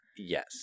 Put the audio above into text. Yes